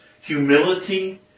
humility